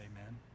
Amen